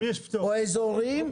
או אזורים,